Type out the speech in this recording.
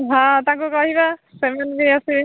ହଁ ତାଙ୍କୁ କହିବା ସେମାନେ ବି ଆସିବେ